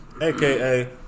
aka